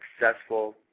successful